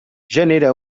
genera